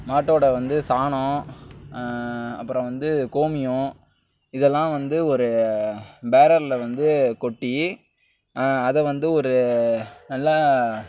மாட்டோட வந்து சாணம் அப்புறம் வந்து கோமியம் இதெல்லாம் வந்து ஒரு பேரரில் வந்து கொட்டி அதை வந்து ஒரு நல்லா